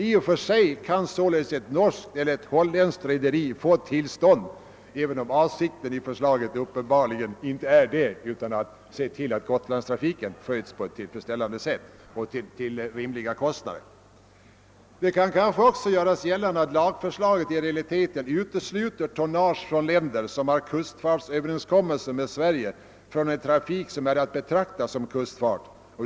I och för sig kan således ett norskt eller holländskt rederi få tillstånd, även om avsikten i förslaget uppenbarligen inte är detta utan att se till att Gotlandstrafiken sköts på ett tillfredsställande sätt och till lägre kostnader. Det kan kanske också göras gällande att lagförslaget i realiteten utesluter tonnage från länder som har kust fartsöverenskommelser med «Sverige från en trafik som är att betrakta som kustfart.